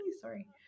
Sorry